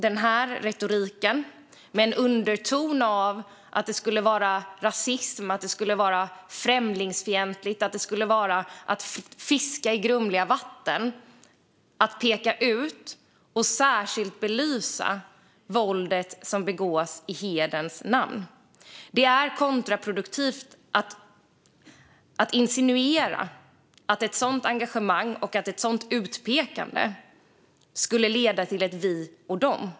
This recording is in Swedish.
Den här retoriken har en underton av att det skulle vara rasistiskt och främlingsfientligt och ett sätt att fiska i grumliga vatten att peka ut och särskilt belysa våldet som begås i hederns namn. Det är kontraproduktivt att insinuera att ett sådant engagemang och ett sådant utpekande skulle leda till ett vi och dom.